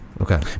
Okay